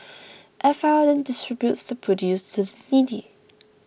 F R then distributes the produce to the needy